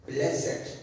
Blessed